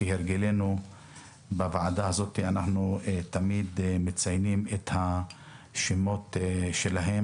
כהרגלנו בוועדה הזאת אנחנו תמיד מציינים את שמות ההרוגים.